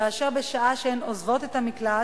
כאשר, בשעה שהן עוזבות את המקלט,